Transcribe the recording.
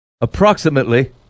Approximately